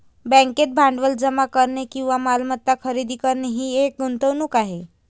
बँकेत भांडवल जमा करणे किंवा मालमत्ता खरेदी करणे ही एक गुंतवणूक आहे